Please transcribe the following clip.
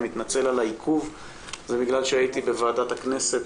אני מתנצל על העיכוב אבל זה בגלל שהייתי בוועדת הכנסת